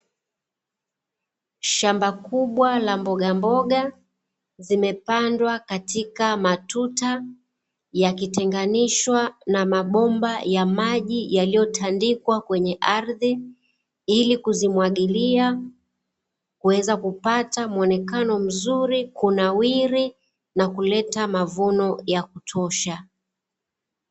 Shamba kubwa la mbogamboga zimepandwa katika matuta, yakitenganishwa na mabomba ya maji yaliyotandikwa kwenye ardhi, ili kuzimwagilia kuweza kupata muonekano mzuri, kunawiri, na kuleta mavuno ya kutosha.